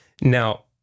Now